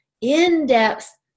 in-depth